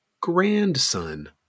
Grandson